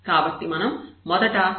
కాబట్టి మనం మొదట y 0 అని భావిద్దాం